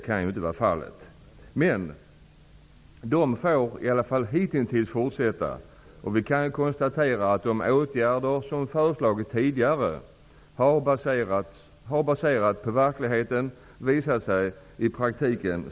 Men dessa företag har åtminstone hitintills fått fortsätta, och vi kan konstatera att de åtgärder som tidigare har föreslagits har visat sig vara verkningslösa i praktiken.